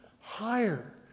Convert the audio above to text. higher